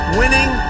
winning